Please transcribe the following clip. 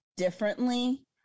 differently